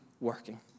working